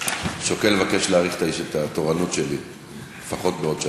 שוקל להאריך את התורנות שלי לפחות בעוד שעתיים.